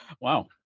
Wow